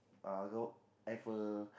uh have a